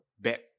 bad